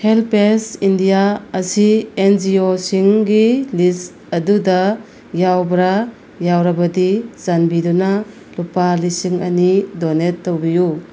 help page India ꯑꯁꯤ ꯑꯦꯟ ꯖꯤ ꯑꯣꯁꯤꯡꯒꯤ ꯂꯤꯁ ꯑꯗꯨꯗ ꯌꯥꯎꯕ꯭ꯔꯥ ꯌꯥꯎꯔꯕꯗꯤ ꯆꯥꯟꯕꯤꯗꯨꯅ ꯂꯨꯄꯥ ꯂꯤꯁꯤꯡ ꯑꯅꯤ ꯗꯣꯅꯦꯠ ꯇꯧꯕꯤꯌꯨ